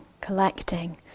collecting